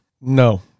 No